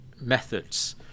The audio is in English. methods